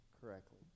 correctly